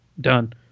Done